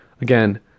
Again